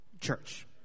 church